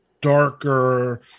darker